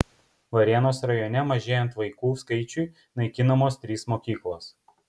varėnos rajone mažėjant vaikų skaičiui naikinamos trys mokyklos